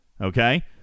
okay